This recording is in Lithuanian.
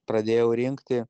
pradėjau rinkti